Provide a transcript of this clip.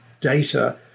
data